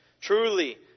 Truly